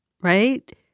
right